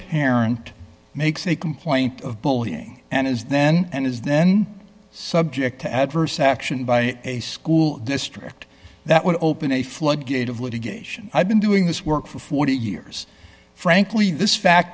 parent makes a complaint of bullying and is then and is then subject to adverse action by a school district that would open a floodgate of litigation i've been doing this work for forty years frankly this fact